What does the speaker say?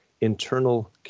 internal